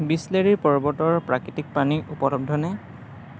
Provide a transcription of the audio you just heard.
বিচলেৰী পৰ্বতৰ প্ৰাকৃতিক পানী উপলব্ধ নে